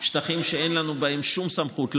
שטחים שאין לנו בהם שום סמכות,